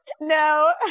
No